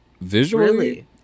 visually